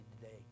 today